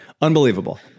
Unbelievable